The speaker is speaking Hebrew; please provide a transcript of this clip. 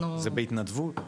זה בהתנדבות?